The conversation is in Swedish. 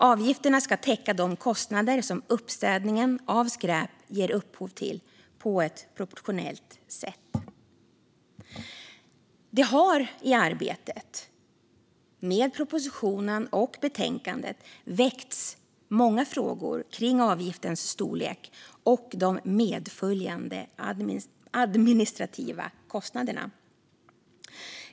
Avgifterna ska täcka de kostnader som uppstädningen av skräp ger upphov till på ett proportionellt sätt. Det har i arbetet med propositionen och betänkandet väckts många frågor kring avgiftens storlek och de medföljande administrativa kostnaderna.